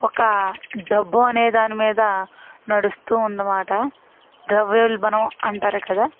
ఒక డబ్బు అనేదాని మీద నడుస్తూ ఉందన్నమాట ద్రవ్యోల్భణం అంటారు కదా